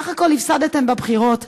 בסך הכול הפסדתם בבחירות,